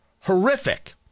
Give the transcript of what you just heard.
horrific